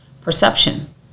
perception